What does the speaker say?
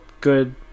good